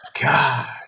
God